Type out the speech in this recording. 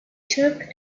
took